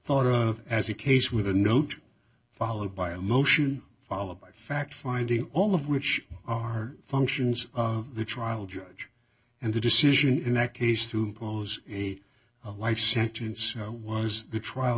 thought of as a case with a note followed by a motion followed by fact finding all of which are functions of the trial judge and the decision in that case to pose a life sentence was the trial